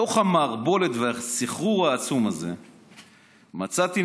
בתוך המערבולת והסחרור העצום הזה מצאתי